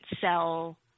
sell